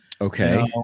Okay